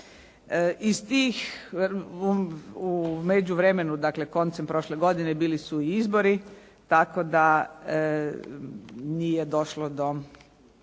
U međuvremenu dakle koncem prošle godine bili su i izbori tako da nije došlo do